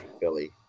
Philly